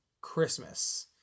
Christmas